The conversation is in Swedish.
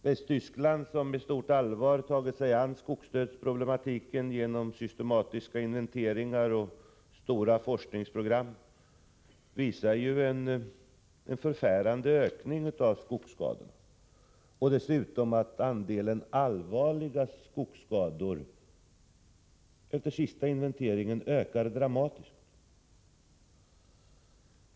Västtyskland, som med stort allvar tagit sig an skogsdödsproblematiken genom systematiska inventeringar och stora forskningsprogram, redovisar ju en förfärande ökning av skogsskadorna — och dessutom att andelen allvarliga skogsskador efter den senaste inventeringen ökar dramatiskt.